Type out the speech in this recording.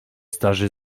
starzy